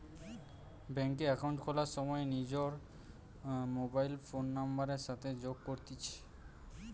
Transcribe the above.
bank এ account খোলার সময় নিজর মোবাইল ফোন নাম্বারের সাথে যোগ করতিছে